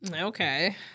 Okay